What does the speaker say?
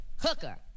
hooker